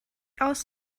aus